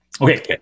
okay